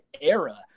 era